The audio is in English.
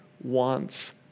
wants